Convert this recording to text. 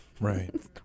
Right